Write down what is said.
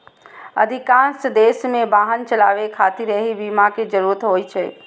अधिकांश देश मे वाहन चलाबै खातिर एहि बीमा के जरूरत होइ छै